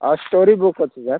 ଆଉ story book ଅଛି sir